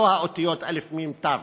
לא האותיות אל"ף, מ"ם, תי"ו.